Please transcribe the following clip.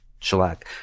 shellac